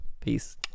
Peace